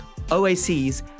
OACs